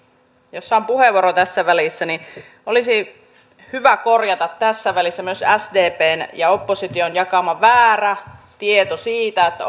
jos saan puheenvuoron tässä välissä niin olisi hyvä korjata tässä välissä myös sdpn ja opposition jakama väärä tieto siitä että